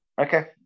Okay